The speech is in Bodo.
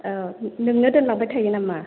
औ नोंनो दोनलांबाय थायो नामा